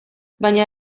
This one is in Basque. baina